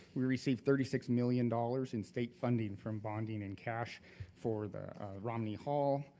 we receive thirty six million dollars in state funding from bonding and cash for the romney hall,